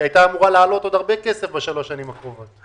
היא הייתה אמורה לעלות עוד הרבה כסף בשלוש השנים הקרובות.